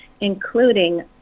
including